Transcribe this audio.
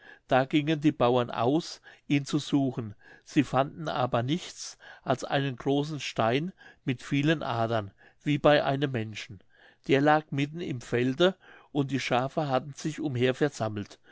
da gingen die bauern aus ihn zu suchen sie fanden aber nichts als einen großen stein mit vielen adern wie bei einem menschen der lag mitten im felde und die schafe hatten sich umher versammelt